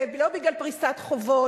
ולא בגלל פריסת חובות,